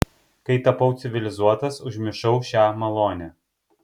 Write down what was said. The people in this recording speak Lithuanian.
kai tapau civilizuotas užmiršau šią malonę